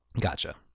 Gotcha